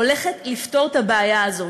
הולכת לפתור את הבעיה הזאת,